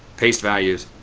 paste values,